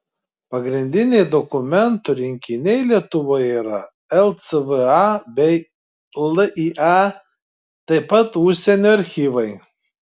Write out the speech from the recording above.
pagrindiniai dokumentų rinkiniai lietuvoje yra lcva bei lya taip pat užsienio archyvai